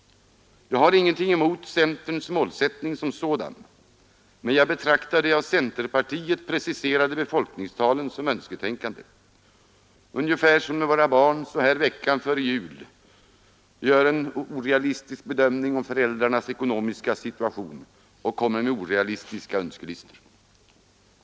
Jag har ju ingenting emot centerns målsättning som sådan, men jag betraktar de av centerpartiet preciserade befolkningstalen som önsketänkande, ungefär som när våra barn så här veckan före jul gör en orealistisk bedömning av föräldrarnas ekonomiska situation och kommer med orealistiska önskelistor.